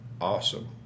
awesome